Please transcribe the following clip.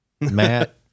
Matt